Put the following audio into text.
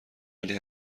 ولی